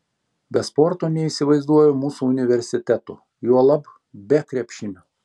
be sporto neįsivaizduoju mūsų universiteto juolab be krepšinio